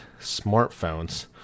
smartphones